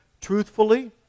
truthfully